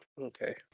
okay